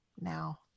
now